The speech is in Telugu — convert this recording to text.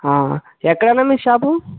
ఎక్కడన్నా మీ షాపు